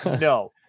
no